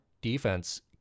defense